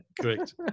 correct